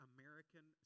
American